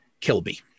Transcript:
Kilby